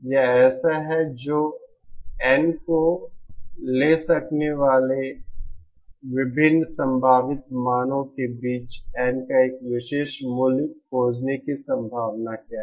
यह ऐसा है जो एन को ले सकने वाले विभिन्न संभावित मानो के बीच N का एक विशेष मूल्य खोजने की संभावना क्या है